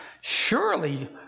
surely